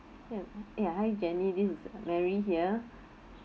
ya ya hi jenny this is mary here